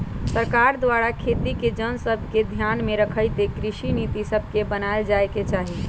सरकार द्वारा खेती के जन सभके ध्यान में रखइते कृषि नीति सभके बनाएल जाय के चाही